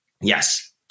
Yes